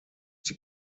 die